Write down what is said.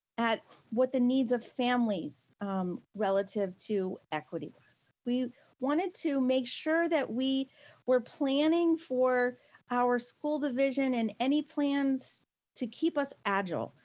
at what the needs of families relative to equity was. we wanted to make sure that we were planning for our school division and any plans to keep us agile,